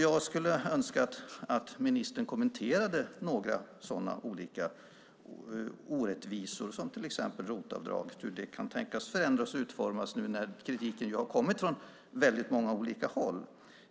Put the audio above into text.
Jag skulle önska att ministern kommenterade några sådana olika orättvisor, till exempel ROT-avdraget och hur det kan tänkas förändras och utformas nu när kritiken har kommit från väldigt många olika håll.